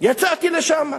יצאתי לשם.